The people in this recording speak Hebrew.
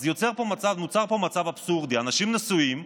אז נוצר פה מצב אבסורדי: אנשים נשואים,